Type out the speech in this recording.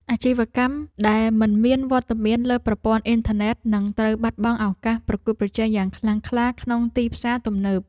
អាជីវកម្មដែលមិនមានវត្តមានលើប្រព័ន្ធអ៊ីនធឺណិតនឹងត្រូវបាត់បង់ឱកាសប្រកួតប្រជែងយ៉ាងខ្លាំងក្លាក្នុងទីផ្សារទំនើប។